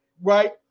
right